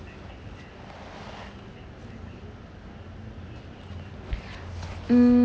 mm